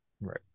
Right